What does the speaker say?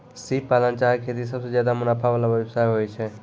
सिप पालन चाहे खेती सबसें ज्यादे मुनाफा वला व्यवसाय होय छै